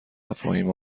مفاهیم